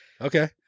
Okay